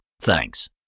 thanks